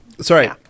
Sorry